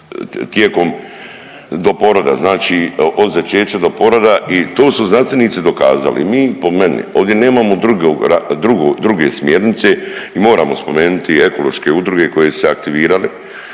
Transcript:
tijekom do poroda, znači od začeća do poroda i to su znanstvenici dokazali. Mi po meni ovdje nemamo druge smjernice i moramo spomenuti ekološke udruge koje su se aktivirale,